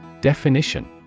Definition